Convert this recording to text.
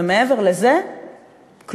ומעבר לזה כלום.